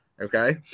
Okay